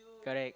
correct